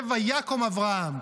זה "ויקם אברהם".